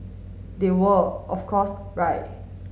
they were of course right